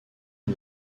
une